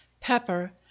pepper